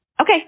Okay